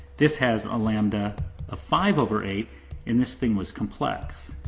this has a lambda of five over eight and this thing was complex.